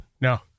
No